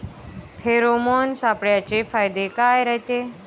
Pheromone सापळ्याचे फायदे काय रायते?